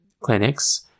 clinics